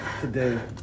today